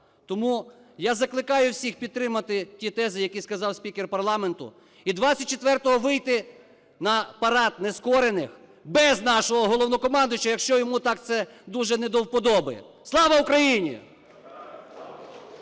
Тому я закликаю всіх підтримати ті тези, які сказав спікер парламенту, і 24-го вийти на парад нескорених без нашого Головнокомандувача, якщо йому так це дуже не до вподоби. Слава Україні!